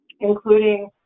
including